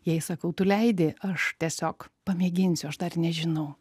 jai sakau tu leidi aš tiesiog pamėginsiu aš dar nežinau